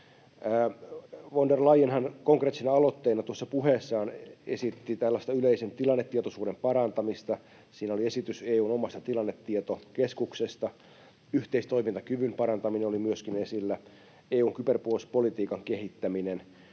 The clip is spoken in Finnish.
Von der Leyenhan konkreettisena aloitteena puheessaan esitti yleisen tilannetietoisuuden parantamista. Siinä oli esitys EU:n omasta tilannetietokeskuksesta. Yhteistoimintakyvyn parantaminen oli myöskin esillä, EU:n kyberpuolustuspolitiikan kehittäminen,